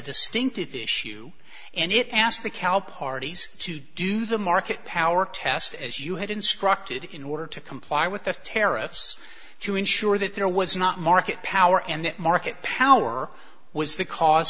distinct issue and it asked the cow parties to do the market power test as you had instructed in order to comply with the tariffs to ensure that there was not market power and that market power was the cause